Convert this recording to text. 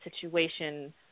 situation